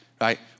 right